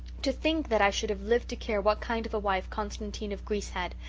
to think that i should have lived to care what kind of a wife constantine of greece had!